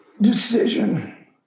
decision